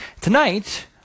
Tonight